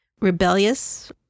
rebellious